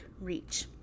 reach